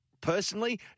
personally